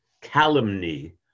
Calumny